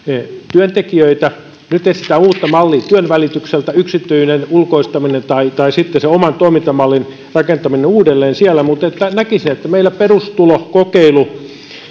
työntekijöitä nyt etsitään uutta mallia työnvälitykseen yksityinen ulkoistaminen tai tai sitten sen oman toimintamallin rakentaminen uudelleen siellä näkisin että meillä perustulokokeilu